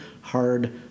hard